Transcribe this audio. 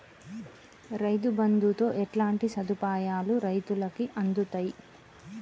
రైతు బంధుతో ఎట్లాంటి సదుపాయాలు రైతులకి అందుతయి?